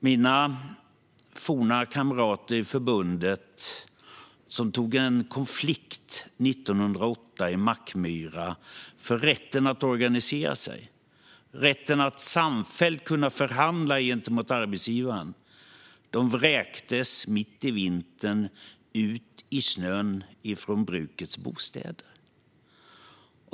Mina forna kamrater i förbundet som tog en konflikt i Mackmyra 1908 för rätten att organisera sig, rätten att samfällt förhandla gentemot arbetsgivaren, vräktes mitt i vintern ut i snön från brukets bostäder.